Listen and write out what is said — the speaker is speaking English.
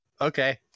Okay